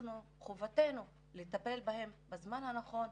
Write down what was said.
חובתנו לטפל בהם בזמן הנכון,